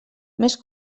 més